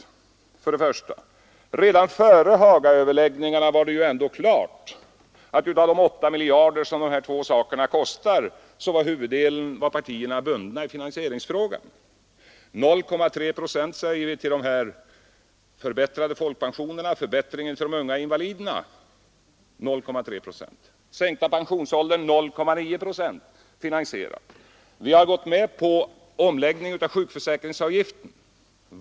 Till att börja med var det redan före Hagaöverläggningarna klart att flertalet partier var bundna i finansieringsfrågan när det gäller de 8 miljarder kronor som de här två sakerna kostar. 0,3 procent av lönesumman skulle gå till förbättrade folkpensioner och förbättringar till unga invalider. Den sänkta pensionsåldern skulle fordra 0,9 procent av lönesumman. Vi har gått med på omläggning av sjukförsäkringsavgiften.